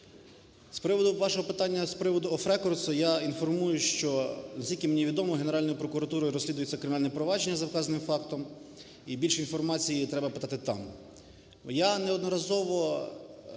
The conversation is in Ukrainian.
З приводу вашого питання з приводу off the record. Я інформую, що наскільки мені відомо, Генеральною прокуратурою розслідується кримінальне провадження за вказаним фактом, і більше інформації треба питати там.